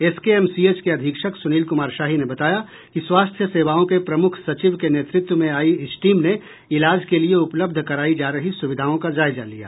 SKMCH के अधीक्षक सुनील कुमार शाही ने बताया कि स्वास्थ्य सेवाओं के प्रमुख सचिव के नेतृत्व में आयी इस टीम ने इलाज के लिये उपलब्ध करायी जा रही सुविधाओं की जायजा लिया